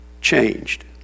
changed